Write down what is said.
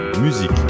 musique